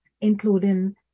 including